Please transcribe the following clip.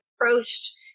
approached